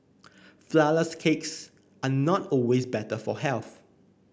flourless cakes are not always better for health